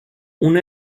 uno